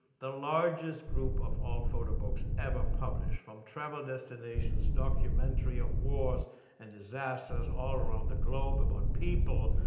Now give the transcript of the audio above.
the largest group of all photo books ever published, from travel destinations, documentary of wars and disasters all around the globe, about people,